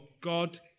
God